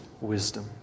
wisdom